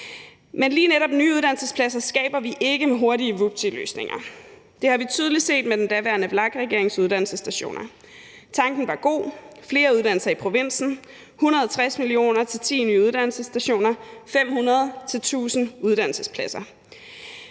Men lige netop nye uddannelsespladser skaber vi ikke med hurtige vuptiløsninger; det har vi tydeligt set med den daværende VLAK-regerings uddannelsesstationer. Tanken var god: flere uddannelser i provinsen, 160 mio. kr. til 10 nye uddannelsesstationer, 500-1.000 uddannelsespladser.